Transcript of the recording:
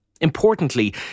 Importantly